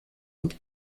und